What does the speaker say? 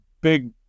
big